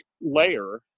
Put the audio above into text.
layer